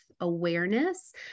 awareness